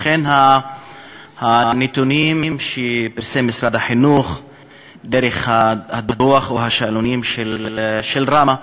אכן הנתונים שפרסם משרד החינוך דרך הדוח או השאלונים של ראמ"ה,